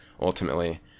ultimately